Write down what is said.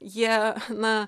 jie na